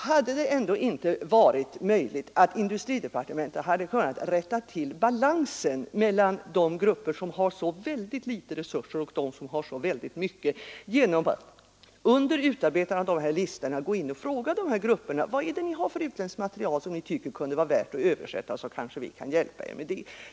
Hade det ändå inte varit möjligt för industridepartementet att rätta till balansen mellan de grupper som har så väldigt litet resurser och de grupper som har så mycket genom att under utarbetandet av dessa listor fråga de här grupperna: Vad är det ni har för utländskt material som ni tycker kunde vara värt att översätta — vi kan kanske hjälpa er med det?